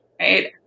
right